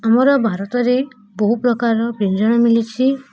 ଆମର ଭାରତରେ ବହୁ ପ୍ରକାର ବ୍ୟଞ୍ଜନ ମିଲିଛି